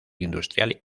industrial